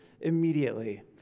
immediately